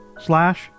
slash